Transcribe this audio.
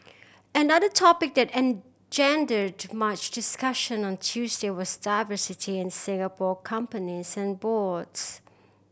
another topic that engendered much discussion on Tuesday was diversity in Singapore companies and boards